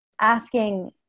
asking